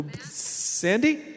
Sandy